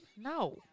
No